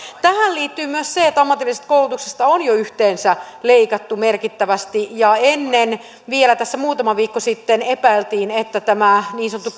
tähän liittyy myös se että ammatillisesta koulutuksesta on jo yhteensä leikattu merkittävästi vielä tässä muutama viikko sitten epäiltiin että tämä niin sanottu